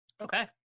Okay